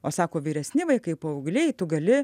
o sako vyresni vaikai paaugliai tu gali